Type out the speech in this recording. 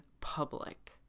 public